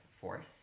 force